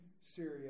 Syria